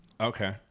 okay